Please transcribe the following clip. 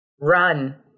Run